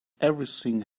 everything